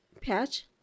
Patch